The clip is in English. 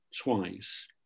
twice